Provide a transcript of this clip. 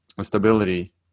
stability